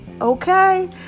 Okay